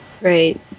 right